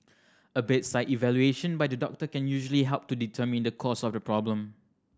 a bedside evaluation by the doctor can usually help to determine the cause of the problem